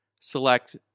select